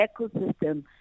ecosystem